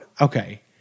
okay